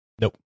Nope